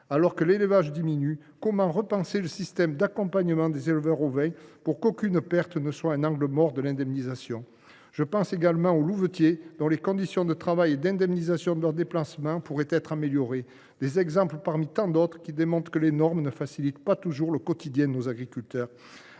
Alors que l’élevage décline, comment repenser le système d’accompagnement des éleveurs ovins pour qu’aucune perte ne se retrouve dans un angle mort de l’indemnisation ? Je pense également aux louvetiers, dont les conditions de travail et l’indemnisation des déplacements pourraient être améliorées. Tous ces exemples montrent, parmi tant d’autres, que les normes ne facilitent pas toujours le quotidien de nos agriculteurs.